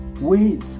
wait